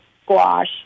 squash